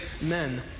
men